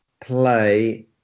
play